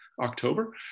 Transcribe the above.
October